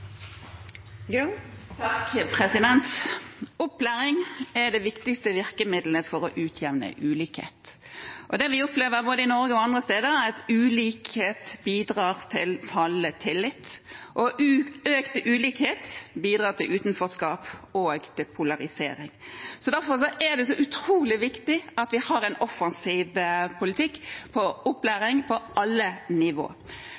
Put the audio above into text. det viktigste virkemiddelet for å utjevne ulikhet, og det vi opplever både i Norge og andre steder, er at ulikhet bidrar til fallende tillit, og at økt ulikhet bidrar til utenforskap og polarisering. Derfor er det så utrolig viktig at vi har en offensiv opplæringspolitikk på